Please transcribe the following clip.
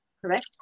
Correct